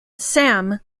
sam